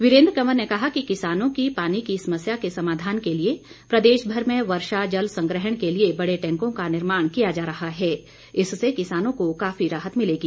वीरेन्द्र कंवर ने कहा कि किसानों की पानी की समस्या के समाधान के लिए प्रदेश भर में वर्षा जल संग्रहण के लिए बड़े टैंकों का निर्माण किया जा रहा है इससे किसानों को काफी राहत मिलेगी